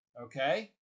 okay